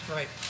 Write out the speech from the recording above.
Right